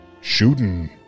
shooting